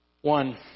One